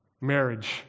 marriage